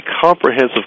comprehensive